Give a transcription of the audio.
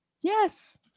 Yes